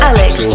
Alex